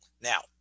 Now